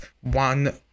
one